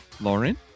lauren